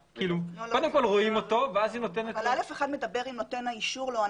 קודם כל רואים אותו ואז היא נותנת לו.